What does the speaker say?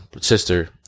sister